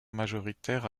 majoritaire